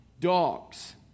dogs